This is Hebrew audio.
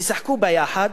תשחקו יחד,